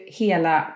hela